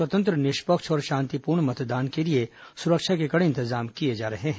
स्वतंत्र निष्पक्ष और शांतिपूर्ण मतदान के लिए सुरक्षा के कड़े इंतजाम किए जा रहे हैं